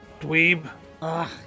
dweeb